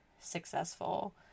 successful